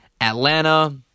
Atlanta